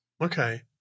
Okay